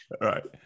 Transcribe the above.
Right